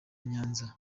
nyanza